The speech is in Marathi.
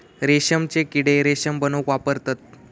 रेशमचे किडे रेशम बनवूक वापरतत